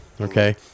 Okay